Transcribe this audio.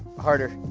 harder.